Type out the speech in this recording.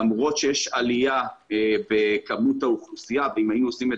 למרות שיש עלייה בכמות האוכלוסייה ואם היינו עושים את